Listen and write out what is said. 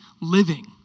living